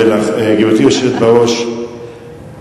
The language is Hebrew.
גברתי היושבת-ראש,